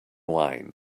wine